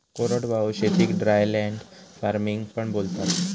कोरडवाहू शेतीक dryland farming पण बोलतात